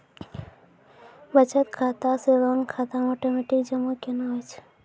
बचत खाता से लोन खाता मे ओटोमेटिक जमा केना होय छै?